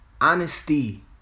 Honesty